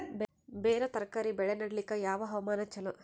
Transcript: ಬೇರ ತರಕಾರಿ ಬೆಳೆ ನಡಿಲಿಕ ಯಾವ ಹವಾಮಾನ ಚಲೋ?